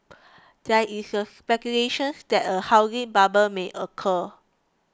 there is a speculation that a housing bubble may occur